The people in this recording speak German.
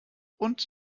und